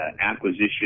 acquisition